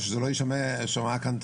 ושזה לא יישמע קנטרני,